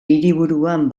hiriburuan